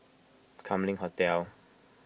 Kam Leng Hotel